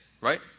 right